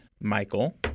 Michael